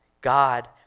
God